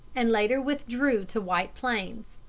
and later withdrew to white plains.